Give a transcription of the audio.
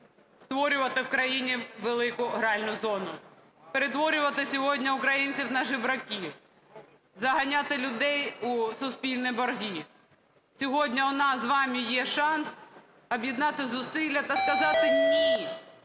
створювати в країні велику гральну зону, перетворювати сьогодні українців на жебраків, заганяти людей у суспільні борги. Сьогодні у нас з вами є шанс об'єднати зусилля та сказати "ні"